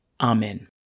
Amen